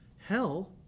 hell